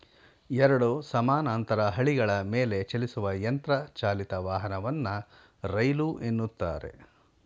ಎರಡು ಸಮಾನಾಂತರ ಹಳಿಗಳ ಮೇಲೆಚಲಿಸುವ ಯಂತ್ರ ಚಾಲಿತ ವಾಹನವನ್ನ ರೈಲು ಎನ್ನುತ್ತಾರೆ